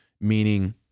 meaning